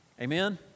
Amen